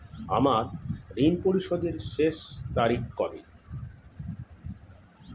আমার ঋণ পরিশোধের শেষ তারিখ কবে?